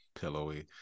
pillowy